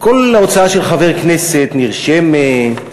כל הוצאה של חבר כנסת נרשמת,